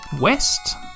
west